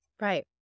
Right